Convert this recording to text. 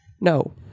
no